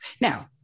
Now